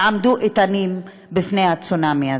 יעמדו איתנים בפני הצונאמי הזה.